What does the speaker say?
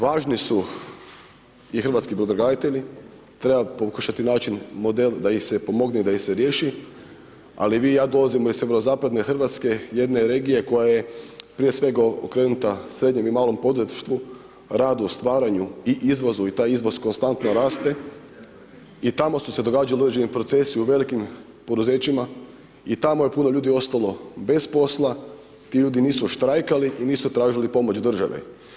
Važni su i hrvatski brodograditelji, treba pokušati naći model da ih se pomogne, da ih se riješi, ali vi i ja dolazimo iz sjeverozapadne Hrvatske, jedne regije koja je prije svega okrenuta srednjem i malom poduzetništvu, radu, stvaranju i izvozu i taj izvoz konstantno raste i tamo su se događali određeni procesi u velikim poduzećima i tamo je puno ljudi ostalo bez posla, ti ljudi nisu štrajkali i nisu tražili pomoć države.